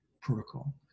protocol